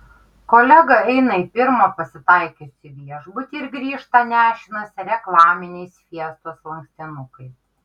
kolega eina į pirmą pasitaikiusį viešbutį ir grįžta nešinas reklaminiais fiestos lankstinukais